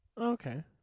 Okay